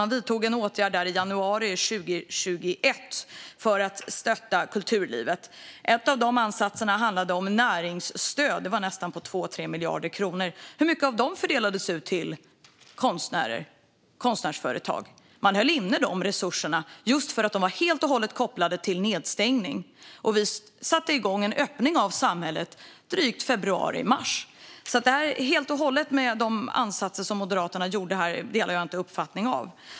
Man vidtog en åtgärd i januari 2021 för att stötta kulturlivet. En av ansatserna handlade om näringsstöd på 2-3 miljarder kronor. Hur mycket av dem fördelades ut till konstnärer och konstnärsföretag? Man höll inne de resurserna just för att de var helt och hållet kopplade till nedstängning. Vi satte igång en öppning av samhället i februari mars. Jag delar alltså inte helt och hållet ledamotens uppfattning om Moderaternas ansatser.